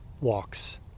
walks